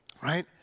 right